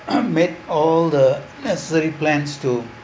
made all the necessary plans to